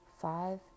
five